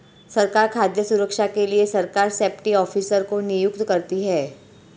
सरकार खाद्य सुरक्षा के लिए सरकार सेफ्टी ऑफिसर को नियुक्त करती है